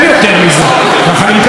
הוא פשוט לא משיב.